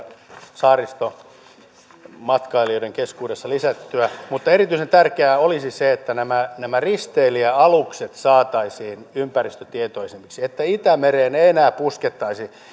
saaristomatkailijoiden keskuudessa lisättyä mutta erityisen tärkeää olisi se että nämä nämä risteilijäalukset saataisiin ympäristötietoisemmiksi että itämereen ei enää puskettaisi